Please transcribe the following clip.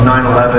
9-11